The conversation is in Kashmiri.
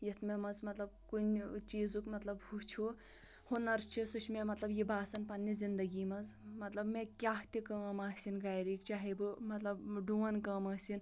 یۄس مےٚ منٛز مطلب کُنہِ چیٖزُک مطلب ہُو چھُ ہُنر چھُ سُہ چھُ مےٚ مطلب یہِ باسان پَننہِ زِندگی منٛز مطلب مےٚ کیٛاہ تہِ کٲم ٲسِن گھرِ چاہے بہٕ مطلب ڈُوَن کٲم ٲسِن